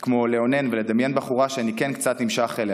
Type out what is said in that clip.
כמו לאונן ולדמיין בחורה שאני כן קצת נמשך אליה.